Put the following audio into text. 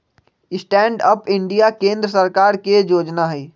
stand up India केंद्र सरकार के जोजना हइ